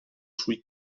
sui